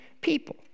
people